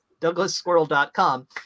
DouglasSquirrel.com